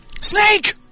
Snake